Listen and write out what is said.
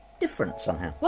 different, somehow! what?